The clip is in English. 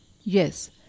Yes